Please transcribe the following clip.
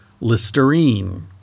Listerine